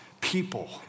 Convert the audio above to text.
people